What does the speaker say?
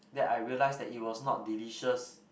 that I realise that it was not delicious